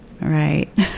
Right